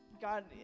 god